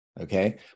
Okay